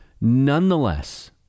Nonetheless